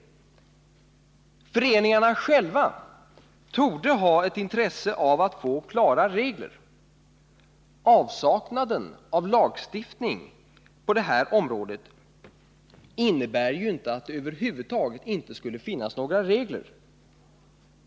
Föreningarna själva torde ha ett intresse av att få klara regler. Avsaknaden av lagstiftning på det här området innebär ju inte att det över huvud taget inte skulle finnas några regler.